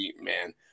man